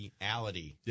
reality